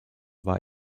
war